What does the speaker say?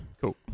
Cool